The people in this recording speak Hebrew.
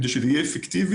כדי שזה יהיה אפקטיבי,